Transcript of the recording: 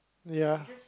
ya